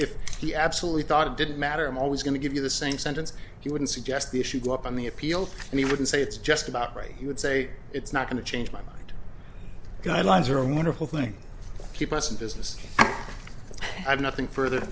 if he absolutely thought it didn't matter i'm always going to give you the same sentence you wouldn't suggest the issue go up on the appeal and he wouldn't say it's just about right he would say it's not going to change my mind guidelines are a wonderful thing keep us in business i have nothing further